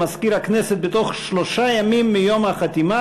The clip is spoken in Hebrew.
למזכיר הכנסת בתוך שלושה ימים מיום החתימה